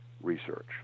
research